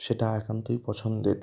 সেটা একান্তই পছন্দের